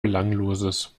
belangloses